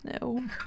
No